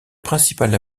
principal